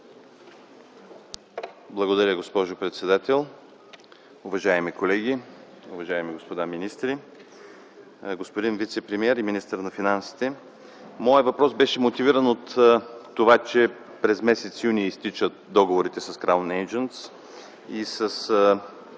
Благодаря, госпожо председател. Уважаеми колеги, уважаеми господа министри! Господин вицепремиер и министър на финансите, моят въпрос беше мотивиран от това, че през м. юни изтичат договорите с „Краун Eйджънтс”